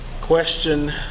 Question